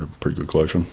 and pretty good collection